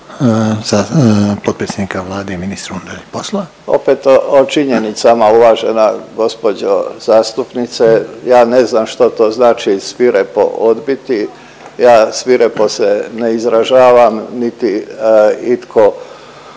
poslova. **Božinović, Davor (HDZ)** Opet o činjenicama uvažena gospođo zastupnice. Ja ne znam što to znači svirepo odbiti. Ja svirepo se ne izražavam niti itko